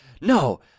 No